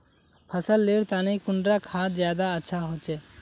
फसल लेर तने कुंडा खाद ज्यादा अच्छा होचे?